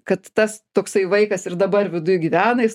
kad tas toksai vaikas ir dabar viduj gyvena jis